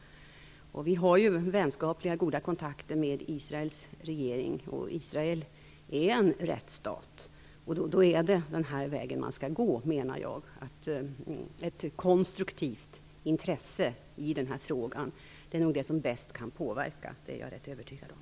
Vi har vänskapliga och goda kontakter med Israels regering. Israel är en rättsstat. Då är det den här vägen man skall gå, menar jag. Ett konstruktivt intresse i den här frågan är nog det som bäst kan påverka - det är jag rätt övertygad om.